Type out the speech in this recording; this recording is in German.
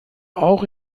auch